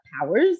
powers